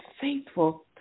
faithful